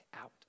out